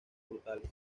frutales